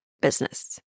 business